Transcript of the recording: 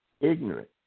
ignorant